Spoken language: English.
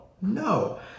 No